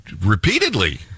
repeatedly